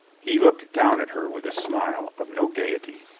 he looked down at her with a smile of no gaiety.